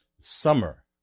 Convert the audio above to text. summer